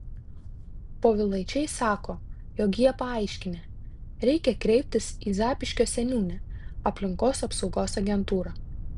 povilaičiai sako jog jie paaiškinę reikia kreiptis į zapyškio seniūnę aplinkos apsaugos agentūrą